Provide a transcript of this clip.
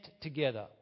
together